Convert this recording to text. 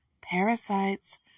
parasites